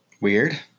Weird